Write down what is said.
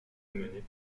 amené